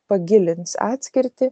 pagilins atskirtį